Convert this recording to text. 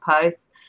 posts